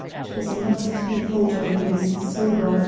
it was not to be thought of in this sober,